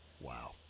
Wow